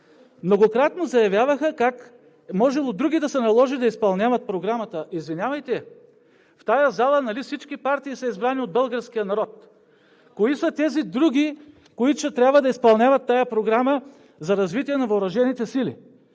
Многократно заявяваха как можело други да се наложи да изпълняват Програмата. Извинявайте, в тази зала нали всички партии са избрани от българския народ? Кои са тези други, които ще трябва да изпълняват тази програма за развитие на въоръжените сили?